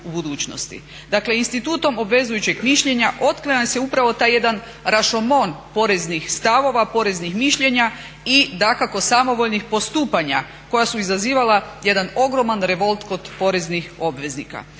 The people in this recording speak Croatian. u budućnosti. Dakle institutom obvezujućeg mišljenja otklanja se upravo taj jedan rašomon poreznih stavova, poreznih mišljenja i dakako samovoljnih postupanja koja su izazivala jedan ogroman revolt kod poreznih obveznika